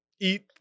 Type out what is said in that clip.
Eat